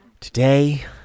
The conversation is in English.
today